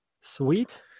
Sweet